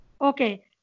Okay